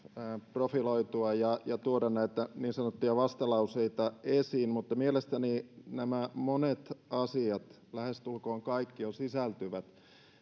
profiloitua ja tuoda näitä niin sanottuja vastalauseita esiin mutta mielestäni nämä monet asiat lähestulkoon kaikki jo sisältyvät